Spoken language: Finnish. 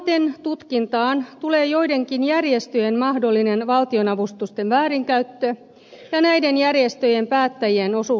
samaten tutkintaan tulee joidenkin järjestöjen mahdollinen valtionavustusten väärinkäyttö ja näiden järjestöjen päättäjien osuus siinä